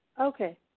Okay